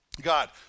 God